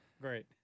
Great